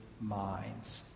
minds